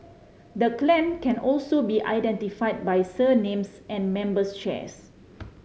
the clan can also be identified by surnames and members shares